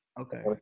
Okay